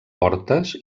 portes